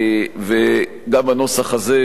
וגם הנוסח הזה גובש,